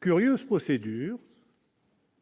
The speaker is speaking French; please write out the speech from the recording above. Curieuse procédure !